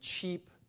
cheap